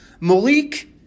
Malik